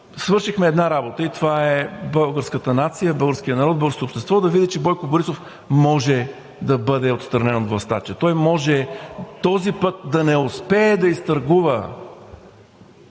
свършихме една работа и това е българската нация, българският народ, българското общество да види, че Бойко Борисов може да бъде отстранен от властта, че той може този път да не успее да изтъргува